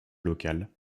local